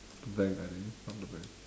rob the bank I think rob the bank